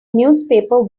newspaper